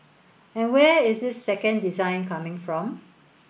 and where is this second design coming from